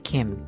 Kim